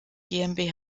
gmbh